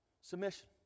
submission